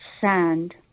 sand